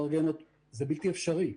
זה בלתי אפשרי.